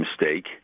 mistake